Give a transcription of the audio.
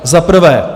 Za prvé.